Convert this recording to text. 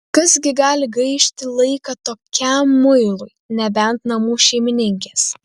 kas gi gali gaišti laiką tokiam muilui nebent namų šeimininkės